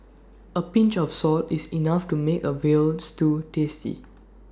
A pinch of salt is enough to make A Veal Stew tasty